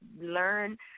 learn